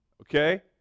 Okay